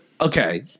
okay